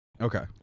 Okay